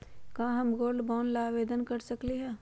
का हम gold bond ला आवेदन कर सकली ह?